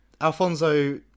Alfonso